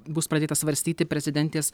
bus pradėta svarstyti prezidentės